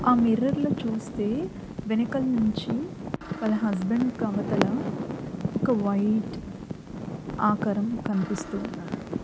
ఆ మిర్రర్లో చూస్తే వెనకాల నుంచి వాళ్ళ హస్బెండ్ కవతల ఒక వైట్ ఆకారం కనిపిస్తూ ఉందంట